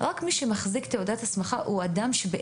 רק מי שמחזיק בתעודת הסמכה הוא אדם שאמור,